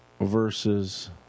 versus